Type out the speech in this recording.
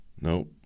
Nope